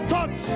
Touch